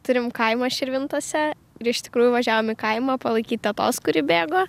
turim kaimą širvintose ir iš tikrųjų važiavom į kaimą palaikyt tetos kuri bėgo